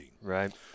Right